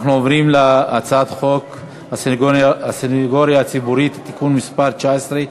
אנחנו עוברים להצעת חוק הסנגוריה הציבורית (תיקון מס' 19),